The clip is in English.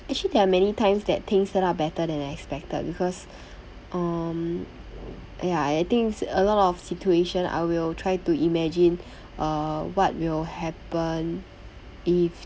actually there are many times that things turn out better than expected because um !aiya! I think a lot of situation I will try to imagine uh what will happen if